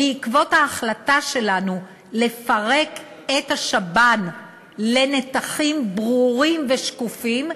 בעקבות ההחלטה שלנו לפרק את השב"ן לנתחים ברורים ושקופים,